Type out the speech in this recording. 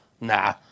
Nah